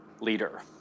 leader